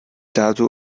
dato